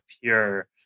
pure